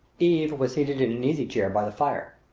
eve was seated in an easy-chair by the fire.